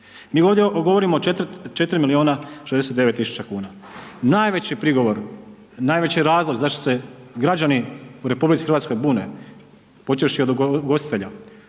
mi ovdje govorimo o 4.069.000 kuna. Najveći prigovor, najveći razlog zašto se građani u RH bune, počevši od ugostitelja,